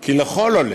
כי לכל עולה,